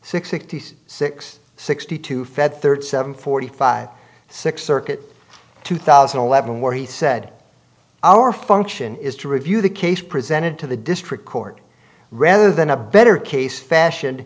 sixty six sixty two fed thirty seven forty five six circuit two thousand and eleven where he said our function is to review the case presented to the district court rather than a better case fashion